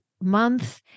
Month